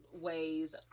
ways